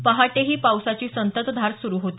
पहाटेही पावसाची संततधार सुरु होती